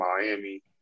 Miami